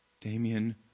Damien